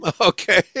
Okay